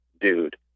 dude